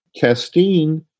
Castine